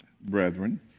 brethren